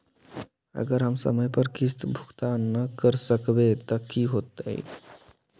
अगर हम समय पर किस्त भुकतान न कर सकवै त की होतै?